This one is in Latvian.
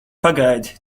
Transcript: pagaidi